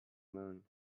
moon